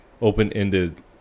open-ended